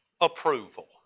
approval